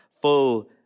full